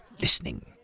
listening